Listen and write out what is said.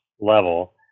level